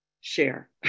share